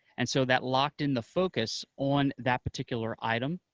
and so that locked in the focus on that particular item,